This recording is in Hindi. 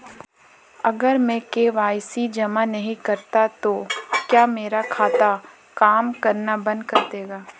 अगर मैं के.वाई.सी जमा नहीं करता तो क्या मेरा खाता काम करना बंद कर देगा?